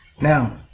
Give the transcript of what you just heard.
Now